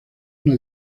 una